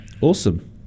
Awesome